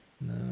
No